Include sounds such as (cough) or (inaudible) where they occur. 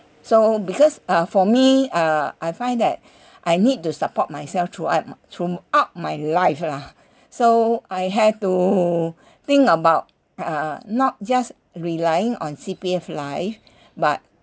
so because uh for me uh I find that (breath) I need to support myself throughout my throughout my life lah so I have to think about uh not just relying on C_P_F life but